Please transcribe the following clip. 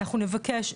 אנחנו נבקש,